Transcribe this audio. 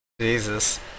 Jesus